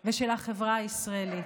ושל החברה הישראלית.